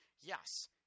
Yes